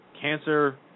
cancer